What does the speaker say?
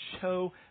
show